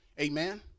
Amen